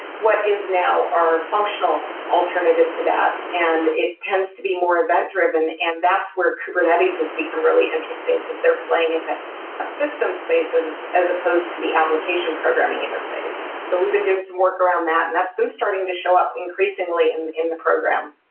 what is now our functional alternative to that and it tends to be more event-driven, and that's where kubernetes has become really interesting, because they're playing it that systems spaces as supposed to the application programming interface. so we've been doing some work around that, and that's been starting to show up increasingly in in the program.